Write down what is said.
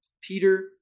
Peter